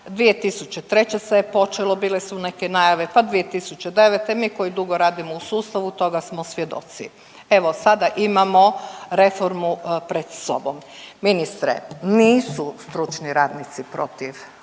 2003. se je počelo bile su neke najave, pa 2009., mi koji dugo radimo u sustavu toga smo svjedoci. Evo sada imamo reformu pred sobom. Ministre, nisu stručni radnici protiv